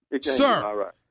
Sir